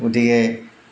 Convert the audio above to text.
গতিকে